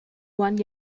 one